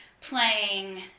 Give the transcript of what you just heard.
playing